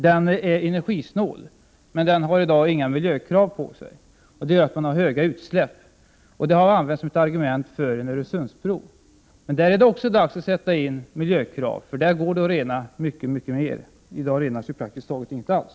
Den är energisnål, men den har i dag inga miljökrav på sig, och det gör att man har höga utsläpp. Detta har använts som ett argument för en Öresundsbro. Det är dags att sätta in miljökrav också där. Det går att rena mycket mer —i dag renas ju praktiskt taget ingenting alls.